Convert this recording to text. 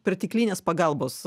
perteklinės pagalbos